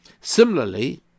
Similarly